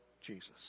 Jesus